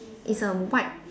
it's a white